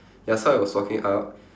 ya so I was walking up